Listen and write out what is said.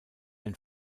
ein